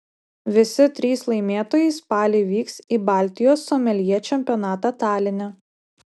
visi trys laimėtojai spalį vyks į baltijos someljė čempionatą taline